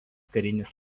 karinis